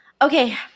Okay